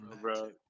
bro